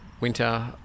winter